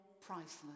priceless